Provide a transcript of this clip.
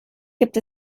gibt